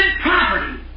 property